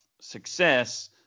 success